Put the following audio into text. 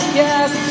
yes